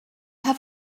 have